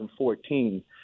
2014